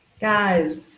Guys